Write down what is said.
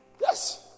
Yes